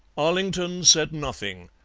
arlington said nothing,